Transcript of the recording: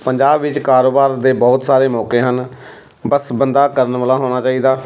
ਪੰਜਾਬ ਵਿੱਚ ਕਾਰੋਬਾਰ ਦੇ ਬਹੁਤ ਸਾਰੇ ਮੌਕੇ ਹਨ ਬਸ ਬੰਦਾ ਕਰਨ ਵਾਲਾ ਹੋਣਾ ਚਾਹੀਦਾ